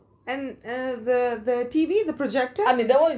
and uh the the tv the projector